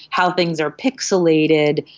how things are pixelated,